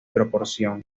proporción